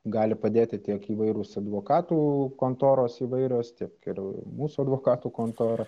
gali padėti tiek įvairūs advokatų kontoros įvairios tiek ir mūsų advokatų kontora